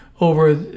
over